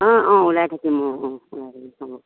অ অ ওলাই থাকিম অ অ অ অ অ